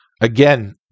again